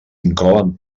inclouen